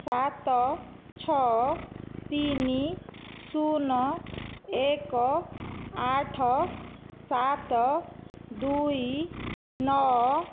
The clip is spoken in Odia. ସାତ ଛଅ ତିନି ଶୂନ ଏକ ଆଠ ସାତ ଦୁଇ ନଅ